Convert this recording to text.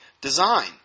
design